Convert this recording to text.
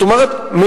זאת אומרת,